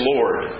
Lord